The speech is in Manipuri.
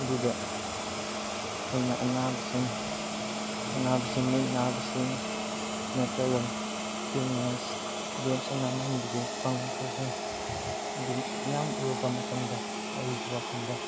ꯑꯗꯨꯗ ꯑꯩꯅ ꯑꯅꯥꯕꯁꯤꯡ ꯑꯅꯥꯕꯁꯤꯡ ꯃꯤꯠ ꯅꯥꯕꯁꯤꯡ ꯅꯠꯇ꯭ꯔꯒ ꯏꯜꯅꯦꯁ ꯒꯦꯝ ꯁꯥꯟꯅꯃꯟꯕꯒꯤ ꯑꯗꯨ ꯃꯌꯥꯝ ꯎꯔꯨꯕ ꯃꯇꯝꯗ ꯑꯩ ꯋꯥꯈꯟꯗ